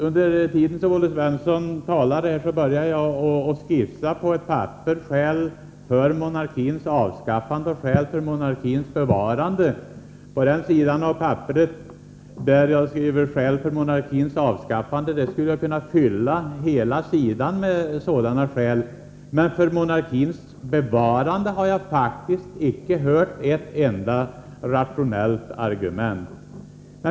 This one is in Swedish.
Under tiden som Olle Svensson talade började jag på ett papper skissera skäl för monarkins avskaffande och skäl för monarkins bevarande. Listan över skäl för monarkins avskaffande skulle kunna fylla hela sidan. Men för monarkins bevarande har jag faktiskt inte hört ett enda rationellt argument.